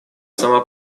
сама